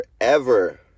forever